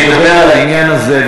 אני אדבר על העניין הזה,